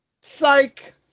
Psych